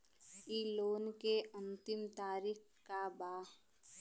इ लोन के अन्तिम तारीख का बा?